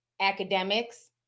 academics